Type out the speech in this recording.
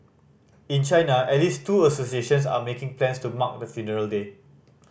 in China at least two associations are making plans to mark the funeral day